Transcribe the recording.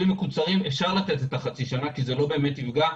המקוצרים אפשר לתת את חצי השנה כי זה לא באמת יפגע,